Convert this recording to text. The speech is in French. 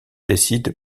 décide